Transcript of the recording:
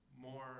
more